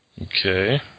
Okay